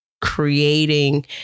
creating